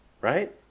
Right